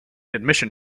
admission